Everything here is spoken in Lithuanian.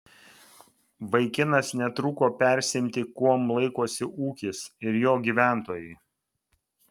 vaikinas netruko persiimti kuom laikosi ūkis ir jo gyventojai